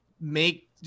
make –